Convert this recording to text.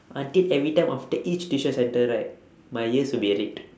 until every time after each tuition centre right my ears would be red